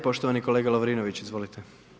Poštovani kolega Lovrinović, izvolite.